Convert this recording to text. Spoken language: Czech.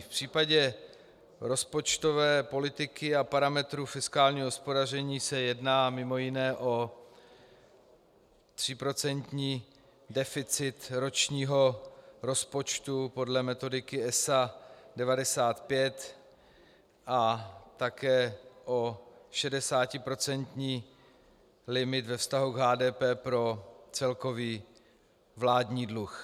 V případě rozpočtové politiky a parametrů fiskálního hospodaření se jedná mimo jiné o tříprocentní deficit ročního rozpočtu podle metodiky ESA 95 a také o šedesátiprocentní limit ve vztahu k HDP pro celkový vládní dluh.